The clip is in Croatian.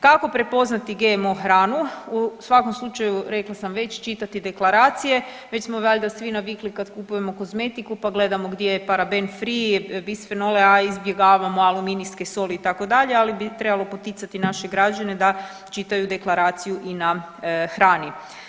Kako prepoznati GMO hranu, u svakom slučaju rekla sam već čitati deklaracije, već smo valjda svi navikli kad kupujemo kozmetiku pa gledamo gdje je paraben free, bisfenole A, izbjegavamo aluminijske soli itd., ali bi trebalo poticati naše građane da čitaju deklaraciju i na hrani.